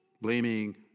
Blaming